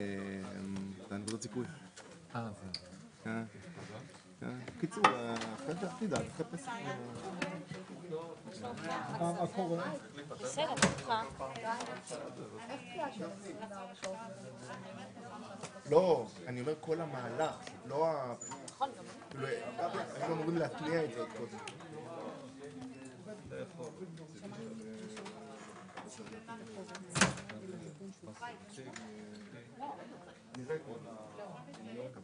10:28.